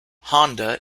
honda